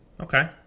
Okay